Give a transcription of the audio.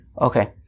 Okay